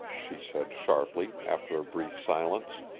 she said sharply, after a brief silence.